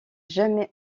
jamais